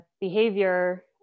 behavior